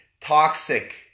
toxic